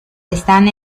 están